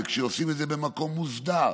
כשעושים את זה במקום מוסדר,